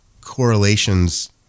correlations